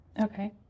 Okay